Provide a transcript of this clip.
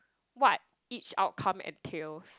what each outcome entails